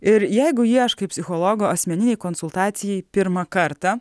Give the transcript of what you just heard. ir jeigu ieškai psichologo asmeninei konsultacijai pirmą kartą